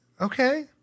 okay